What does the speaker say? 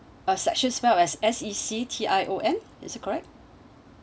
uh section spell as S E C T I O N is it correct